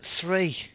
Three